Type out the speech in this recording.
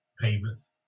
payments